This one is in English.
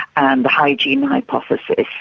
and the hygiene hypothesis.